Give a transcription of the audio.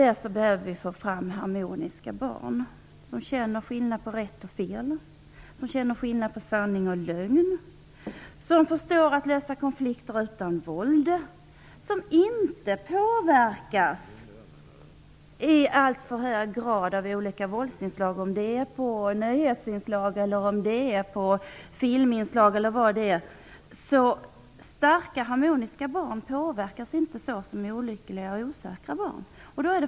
Vi behöver få fram harmoniska barn som känner skillnad på rätt och fel, som känner skillnad på sanning och lögn, som förstår att lösa konflikter utan våld och som inte påverkas i alltför hög grad av olika våldsinslag i t.ex. nyheter eller filmer. Starka harmoniska barn påverkas inte så som olyckliga och osäkra barn.